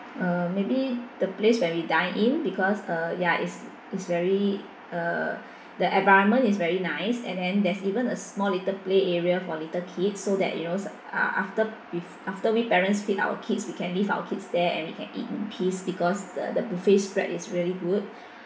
uh maybe the place where we dine in because uh ya it's it's very uh the environment is very nice and then there's even a small little play area for little kid so that you know s~ ah after be after we parents feed our kids we can leave our kids there and you can eat in peace because the the buffet spread is really good